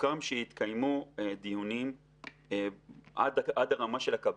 סוכם שיתקיימו דיונים עד הרמה של הקבינט,